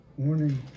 Morning